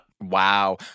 Wow